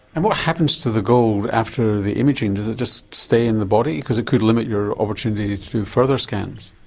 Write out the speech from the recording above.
and what happens to the gold after the imaging, does it just stay in the body because it could limit your opportunity to do further scans?